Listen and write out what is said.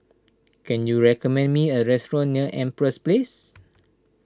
can you recommend me a restaurant near Empress Place